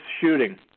shooting